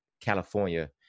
California